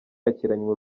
yakiranywe